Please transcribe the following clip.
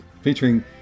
featuring